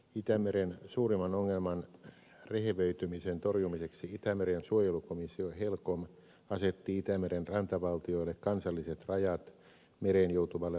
itämeren suurimman ongelman rehevöitymisen torjumiseksi itämeren suojelukomissio helcom asetti itämeren rantavaltioille kansalliset rajat mereen joutuvalle ravinnekuormitukselle